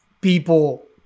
people